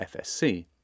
FSC